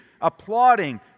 applauding